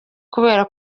kubera